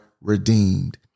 redeemed